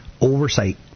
oversight